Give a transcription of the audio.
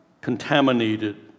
contaminated